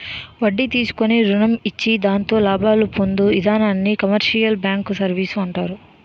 వడ్డీ తీసుకుని రుణం ఇచ్చి దాంతో లాభాలు పొందు ఇధానాన్ని కమర్షియల్ బ్యాంకు సర్వీసు అంటారు